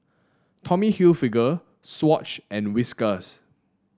Tommy Hilfiger Swatch and Whiskas